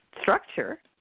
structure